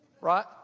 Right